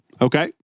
Okay